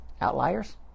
Outliers